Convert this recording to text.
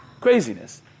craziness